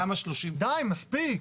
די, מספיק.